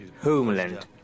homeland